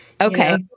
Okay